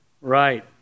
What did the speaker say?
Right